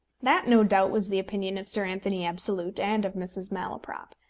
that, no doubt, was the opinion of sir anthony absolute and of mrs. malaprop.